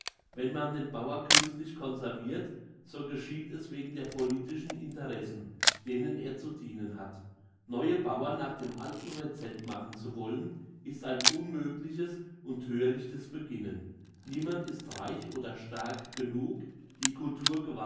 wenn man den bauer künstlich conservirt so geschieht es wegen der politischen interessen denen er zu dienen hat neue bauern nach dem alten recept machen zu wollen ist ein unmögliches und thörichtes beginnen niemand ist reich oder stark genug die